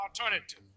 alternative